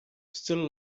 still